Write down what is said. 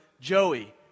Joey